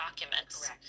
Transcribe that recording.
documents